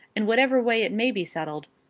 in whatever way it may be settled,